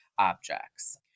objects